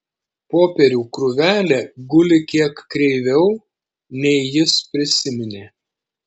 popierių krūvelė guli kiek kreiviau nei jis prisiminė